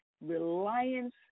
reliance